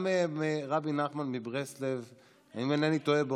גם רבי נחמן מברסלב, אם אינני טועה.